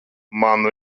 man